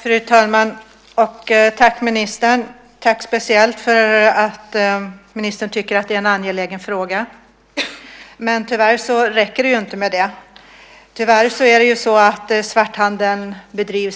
Fru talman! Tack, ministern! Speciellt tack för att ministern tycker att detta är en angelägen fråga. Men tyvärr räcker det inte med det. Tyvärr bedrivs svarthandeln